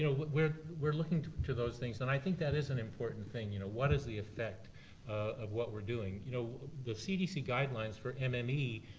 you know but we're we're looking to to those things, and i think that is an important thing. you know what is the effect of what we're doing? you know the cdc guidelines for mme,